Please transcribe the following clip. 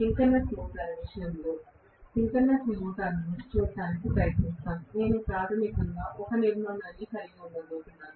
synchronous motor విషయంలో synchronous మోటారును చూడటానికి ప్రయత్నిద్దాం నేను ప్రాథమికంగా ఒకే నిర్మాణాన్ని కలిగి ఉండబోతున్నాను